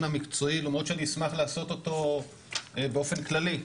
המקצועי למרות שאני אשמח לעשות אותו באופן כללי.